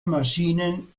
maschinen